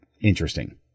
interesting